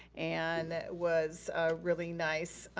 and was really nice.